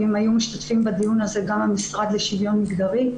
אם היו משתתפים בדיון הזה גם מהמשרד לשוויון מגדרי,